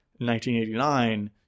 1989